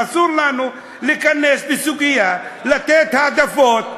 ואסור לנו להיכנס לסוגיה של מתן העדפות,